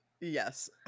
yes